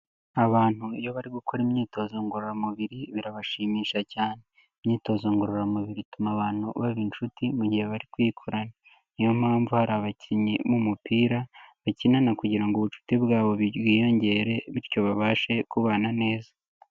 Abantu iyo bari gukora imyitozo ngororamubiri birabashimisha cyane. Imyitozo ngororamubiri ituma abantu baba inshuti mu gihe bari kuyikorana. Niyo mpamvu hari abakinnyi b'umupira bakinana kugira ngo ubucuti bwabo bwiyongere bityo babashe kubana neza.